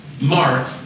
Mark